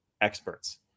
experts